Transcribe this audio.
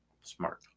Smart